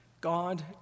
God